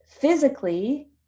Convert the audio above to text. physically